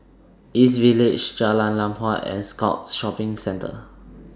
East Village Jalan Lam Huat and Scotts Shopping Centre